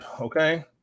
okay